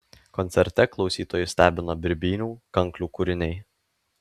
koncerte klausytojus stebino birbynių kanklių kūriniai